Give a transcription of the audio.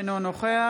אינו נוכח